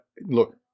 look